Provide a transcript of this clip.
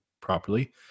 properly